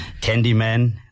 Candyman